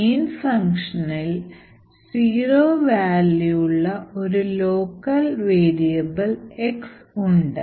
main function ഇൽ zero value ഉള്ള ഒരു ലോക്കൽ വേരിയബിൾ x ഉണ്ട്